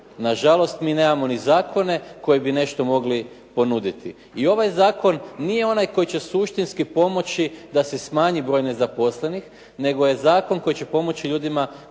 Na žalost mi nemamo ni zakone koji bi nešto mogli ponuditi. I ovaj zakon nije onaj koji će suštinski pomoći da se smanji broj zaposlenih, nego je zakon koji će pomoć i ljudima